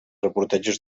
reportatges